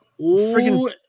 freaking